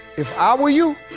if i were you,